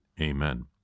Amen